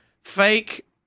fake